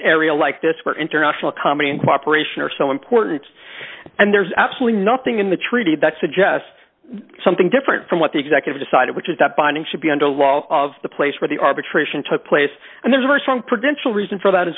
area like this where international comedy and cooperation are so important and there's absolutely nothing in the treaty that suggests something different from what the executive decided which is that binding should be under a law of the place where the arbitration took place and there's a very strong credential reason for that